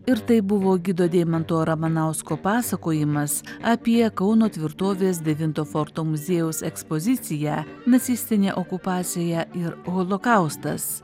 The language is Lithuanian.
ir tai buvo gido deimanto ramanausko pasakojimas apie kauno tvirtovės devinto forto muziejaus ekspoziciją nacistinė okupacija ir holokaustas